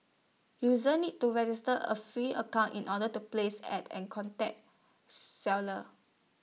users need to register A free account in order to place ads and contact seller